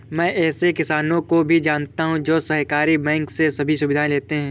मैं ऐसे किसानो को भी जानता हूँ जो सहकारी बैंक से सभी सुविधाएं लेते है